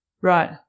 Right